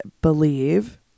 believe